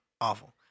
Awful